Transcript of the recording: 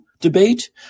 debate